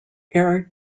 air